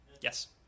Yes